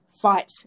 fight